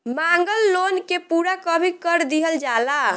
मांगल लोन के पूरा कभी कर दीहल जाला